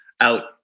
out